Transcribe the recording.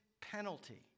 penalty